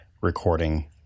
recording